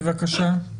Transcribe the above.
בבקשה.